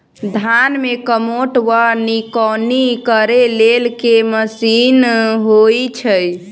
धान मे कमोट वा निकौनी करै लेल केँ मशीन होइ छै?